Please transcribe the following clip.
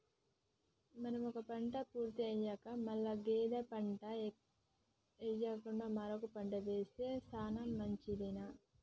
మనం ఒక పంట పూర్తి అయ్యాక మల్ల గదే పంట ఎయ్యకుండా మరొక పంట ఏస్తె సానా మంచిది